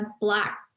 black